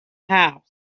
house